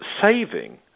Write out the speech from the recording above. saving